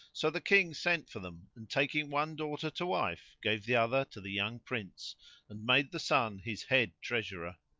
so the king sent for them and, taking one daughter to wife, gave the other to the young prince and made the son his head treasurer.